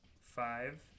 five